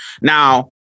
Now